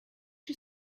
you